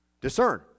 Discern